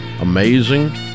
amazing